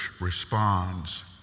responds